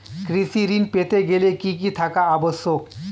কৃষি ঋণ পেতে গেলে কি কি থাকা আবশ্যক?